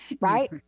Right